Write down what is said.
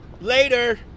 Later